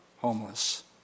homeless